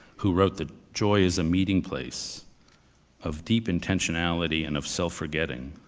who wrote that, joy is a meeting place of deep intentionality and of self forgetting.